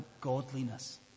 godliness